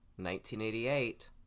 1988